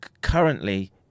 currently